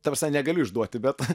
ta prasme negaliu išduoti bet